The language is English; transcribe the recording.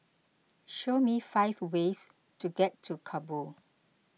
show me five ways to get to Kabul